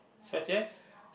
such as